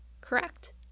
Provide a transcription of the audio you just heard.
correct